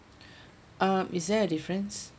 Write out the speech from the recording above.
um is there a difference